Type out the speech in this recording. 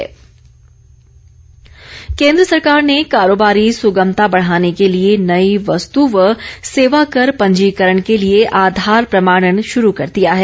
आधार प्रमाणन केन्द्र सरकार ने कारोबारी सुगमता बढ़ाने के लिए नई वस्तु व सेवा कर पंजीकरण के लिए आधार प्रमाणन शुरु कर दिया है